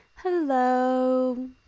Hello